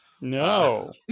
No